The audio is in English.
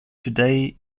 today